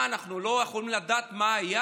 מה, אנחנו לא יכולים לדעת מה היה,